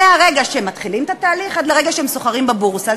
מהרגע שהם מתחילים את התהליך עד לרגע שהם סוחרים בבורסה.